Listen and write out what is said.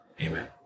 Amen